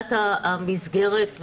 חקיקת המסגרת.